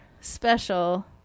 special